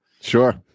Sure